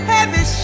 Heavy